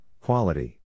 quality